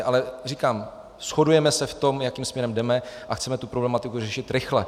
Ale říkám, shodujeme se v tom, jakým směrem jdeme, a chceme tu problematiku řešit rychle.